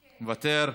מוותר,